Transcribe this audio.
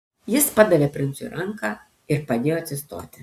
jis padavė princui ranką ir padėjo atsistoti